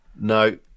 No